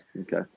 Okay